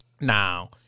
Now